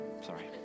Sorry